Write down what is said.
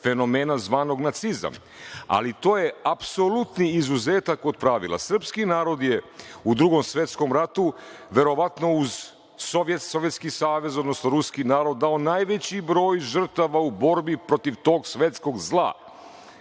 fenomena zvanog nacizam, ali to je apsolutni izuzetak od pravila. Srpski narod je u Drugom svetskom ratu, verovatno uz SSSR, odnosno ruski narod, dao najveći broj žrtava u borbi protiv tog svetskog zla.